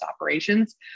operations